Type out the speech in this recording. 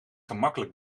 gemakkelijk